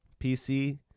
PC